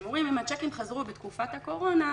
הם אומרים אם הצ'קים חזרו בתקופת הקורונה,